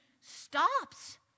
stops